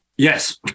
Yes